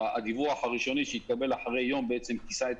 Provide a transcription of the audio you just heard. והדיווח הראשוני שהתקבל אחרי יום בעצם כיסה את